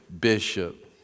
bishop